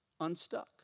unstuck